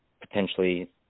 potentially